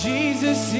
Jesus